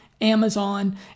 Amazon